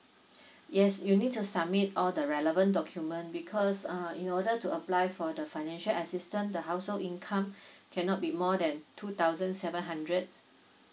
yes you need to submit all the relevant document because uh in order to apply for the financial assistant the household income cannot be more than two thousand seven hundred